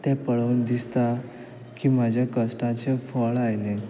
तें पळोवन दिसता की म्हाज्या कश्टाचें फळ आयलें